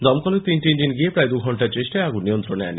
দমকলের তিনটি ইঞ্জিন গিয়ে প্রায় দুঘন্টা চেষ্টায় আগুন নিয়ন্ত্রণে আনে